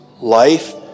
Life